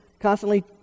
constantly